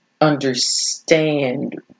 understand